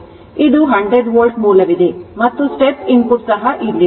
ಇದು 100 ವೋಲ್ಟ್ ಮೂಲವಿದೆ ಮತ್ತು step ಇನ್ಪುಟ್ ಸಹ ಇಲ್ಲಿದೆ